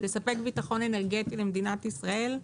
לספק ביטחון אנרגטי למדינת ישראל,